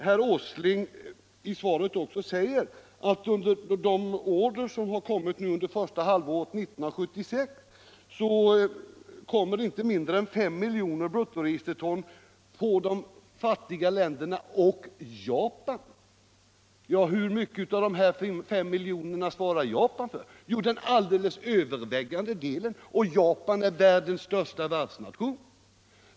Herr Åsling säger sedan i svaret att av de nya order som placerats under första halvåret 1976 inte mindre än fem miljoner bruttoregisterton avser de fattiga länderna och Japan. Men hur mycket av de fem miljonerna svarar Japan för? Jo, den alldeles övervägande delen. Japan är världens största varvsnation.